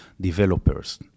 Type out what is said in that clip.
developers